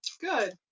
good